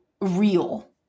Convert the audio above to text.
real